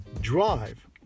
drive